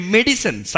Medicine